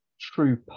true